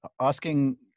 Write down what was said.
asking